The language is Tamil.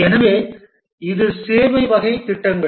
எனவே இது சேவை வகை திட்டங்கள்